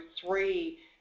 three